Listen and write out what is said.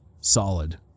solid